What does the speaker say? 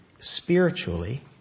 spiritually